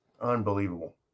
Unbelievable